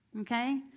Okay